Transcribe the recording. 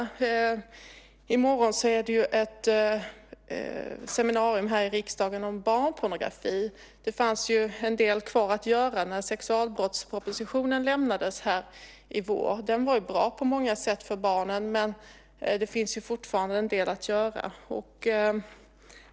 I morgon är det ett seminarium här i riksdagen om barnpornografi. Det fanns ju en del kvar att göra när sexualbrottspropositionen lämnades här under våren. Den är bra på många sätt för barnen, men det finns fortfarande en del att göra.